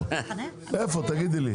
תגידי לי.